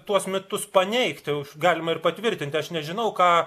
tuos mitus paneigti galima ir patvirtinti aš nežinau ką